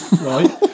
right